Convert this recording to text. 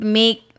make